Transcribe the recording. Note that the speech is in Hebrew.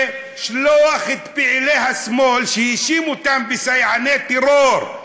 לשלוח את פעילי השמאל שהוא האשים אותם כסייעני הטרור,